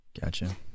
Gotcha